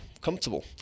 comfortable